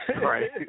Right